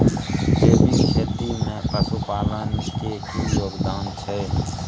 जैविक खेती में पशुपालन के की योगदान छै?